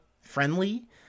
friendly